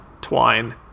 twine